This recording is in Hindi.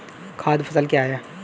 खाद्य फसल क्या है?